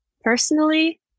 personally